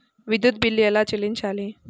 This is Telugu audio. విద్యుత్ బిల్ ఎలా చెల్లించాలి?